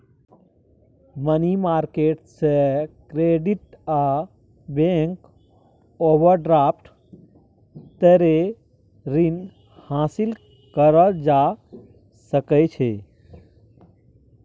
money market से credit आ bank overdraft तरे रीन हासिल करल जा सकइ छइ